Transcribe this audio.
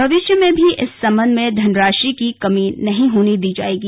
भविष्य में भी इस सम्बन्ध में धनराशि की कमी नही होने दी जायेगी